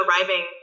arriving